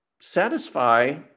satisfy